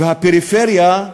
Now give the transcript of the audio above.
הפריפריה,